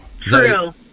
True